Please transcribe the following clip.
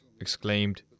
exclaimed